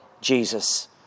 Jesus